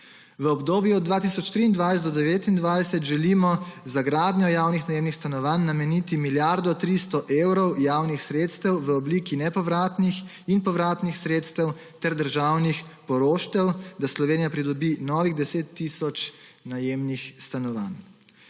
V obdobju od 2023 do 2029 želimo za gradnjo javnih najemnih stanovanj nameniti milijardo 300 evrov javnih sredstev v obliki nepovratnih in povratnih sredstev ter državnih poroštev, da Slovenija pridobi novih 10 tisoč najemnih stanovanj.